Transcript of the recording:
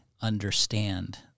understand